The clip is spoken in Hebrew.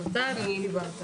גם אתה דיברת.